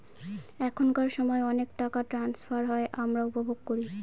এখনকার সময় অনেক টাকা ট্রান্সফার হয় আমরা উপভোগ করি